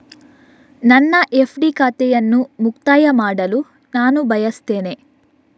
ನನ್ನ ಎಫ್.ಡಿ ಖಾತೆಯನ್ನು ಮುಕ್ತಾಯ ಮಾಡಲು ನಾನು ಬಯಸ್ತೆನೆ